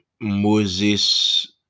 Moses